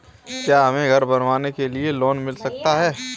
क्या हमें घर बनवाने के लिए लोन मिल सकता है?